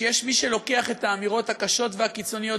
יש מי שלוקח את האמירות הקשות והקיצוניות,